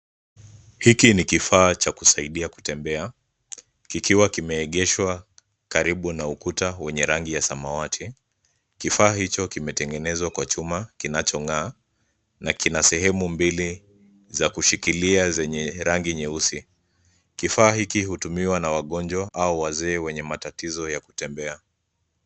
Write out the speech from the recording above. Hiki ni kifaa cha kusaidia kutembea kikiwa kimeegeshwa karibu na ukuta wenye rangi ya samawati. Kifaa hicho kimetengenezwa kwa chuma kinachong'aa na kina sehemu mbili za kushikilia zenye rangi nyeusi. Kifaa hiki hutumiwa na wagonjwa au wazee wenye matatizo ya kutembea.